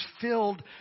filled